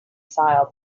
style